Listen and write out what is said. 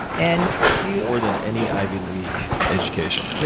and yeah more than any ivy league education.